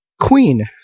Queen